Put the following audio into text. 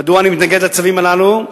מדוע אני מתנגד לצווים הללו,